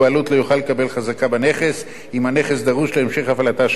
לקבל חזקה בנכס אם הנכס דרוש להמשך הפעלתה של החברה,